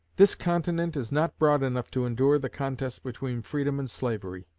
this continent is not broad enough to endure the contest between freedom and slavery